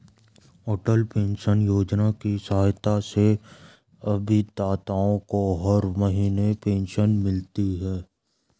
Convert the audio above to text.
अटल pension योजना की सहायता से अभिदाताओं को हर महीने पेंशन मिलती रहेगी